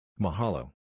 Mahalo